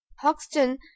Hoxton